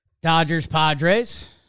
Dodgers-Padres